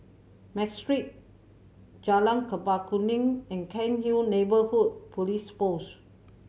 Matrix Jalan Chempaka Kuning and Cairnhill Neighbourhood Police Post